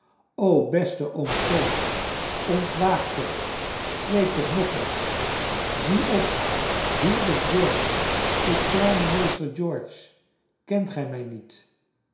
o beste oom tom ontwaak toch spreek toch nog eens zie op hier is george uw kleine meester george kent ge mij niet